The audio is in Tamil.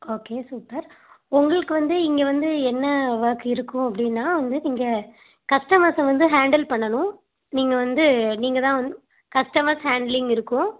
ஓகே சூப்பர் உங்களுக்கு வந்து இங்கே வந்து என்ன ஒர்க் இருக்கும் அப்படின்னா வந்து நீங்கள் கஸ்டமர்ஸை வந்து ஹேண்டில் பண்ணணும் நீங்கள் வந்து நீங்கள் தான் வந் கஸ்டமர்ஸ் ஹேண்ட்லிங் இருக்கும்